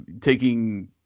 taking